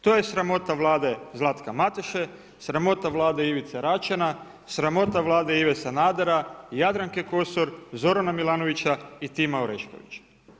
To je sramota Vlade Zlatka Mateše, sramota Vlade Ivice Račana, sramota Vlade Ive Sanadera, Jadranke Kosor, Zorana Milanovića i Tima Oreškovića.